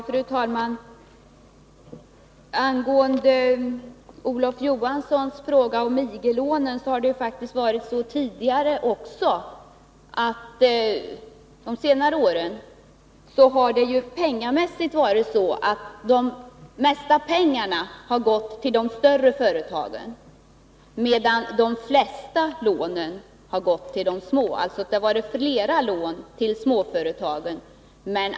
Fru talman! Till svar på Olof Johanssons fråga om IG-lånen vill jag säga att under senare år har de mesta pengarna gått till de större företagen, medan de flesta lånen har gått till små företag.